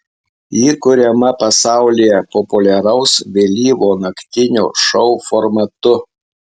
ji kuriama pasaulyje populiaraus vėlyvo naktinio šou formatu